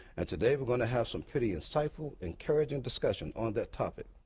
and today, we're going to have some pretty insightful, encouraging discussion on that topic.